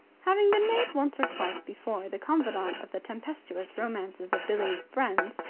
having been made once or twice before the confidant of the tempestuous romances of billie's friends,